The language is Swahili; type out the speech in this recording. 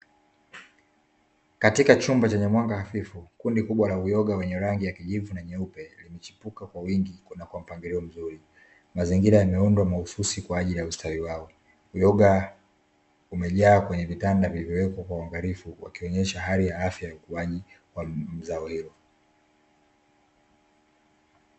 Katika chumba chenye mwanga hafifu kundi kubwa la uyoga lenye rangi ya kijivu na nyeupe limechepuka kwa wingi na kwa mpangilio mzuri, mazingira yameundwa mahususi kwa ajili ya ustawi wao. Uyoga umejaa kwenye vitanda vilivowekwa kwa uangalifu, wakionyesha hali ya afya ya ukuaji wa zao hilo.